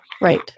Right